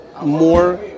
more